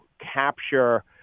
capture